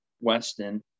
Weston